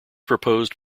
proposed